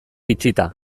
itxita